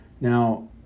Now